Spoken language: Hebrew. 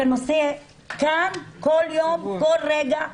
זה נושא שקורה כל יום וכל רגע.